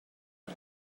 you